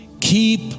keep